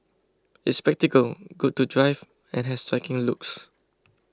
it's practical good to drive and has striking looks